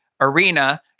arena